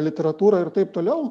literatūrą ir taip toliau